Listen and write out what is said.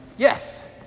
Yes